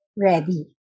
ready